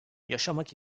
yaşamak